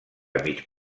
mig